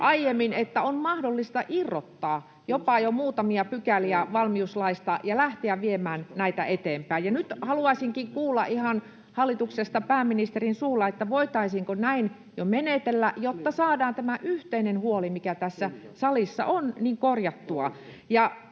että on mahdollista irrottaa jopa jo muutamia pykäliä valmiuslaista ja lähteä viemään näitä eteenpäin. Nyt haluaisinkin kuulla hallituksesta pääministerin suulla, voitaisiinko näin jo menetellä, jotta saadaan tämä yhteinen huoli, mikä tässä salissa on, korjattua.